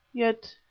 yet,